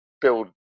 build